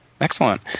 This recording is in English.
Excellent